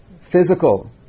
physical